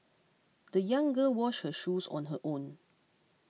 the young girl washed her shoes on her own